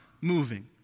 moving